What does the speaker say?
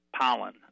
pollen